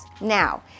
Now